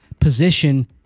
position